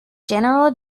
general